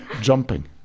Jumping